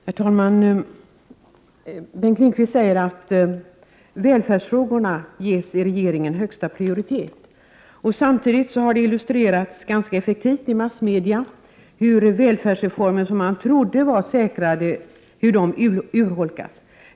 Herr talman! Bengt Lindqvist säger att välfärdsfrågorna ges i regeringen högsta prioritet. Samtidigt har det illustrerats ganska effektivt i massmedierna hur välfärdsreformer, som man trodde var säkrade, urholkats.